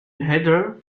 heather